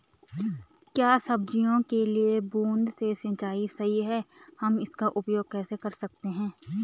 क्या सब्जियों के लिए बूँद से सिंचाई सही है हम इसका उपयोग कैसे कर सकते हैं?